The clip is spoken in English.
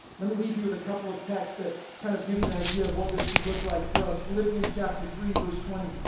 let me leave you with a couple of texts to kind of give you an idea of what this should look like for us. philippians, chapter three verse twenty,